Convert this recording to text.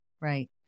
Right